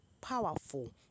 powerful